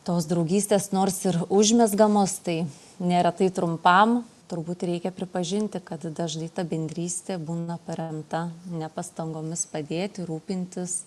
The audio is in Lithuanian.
tos draugystės nors ir užmezgamos tai nėra tai trumpam turbūt reikia pripažinti kad dažnai ta bendrystė būna paremta ne pastangomis padėti rūpintis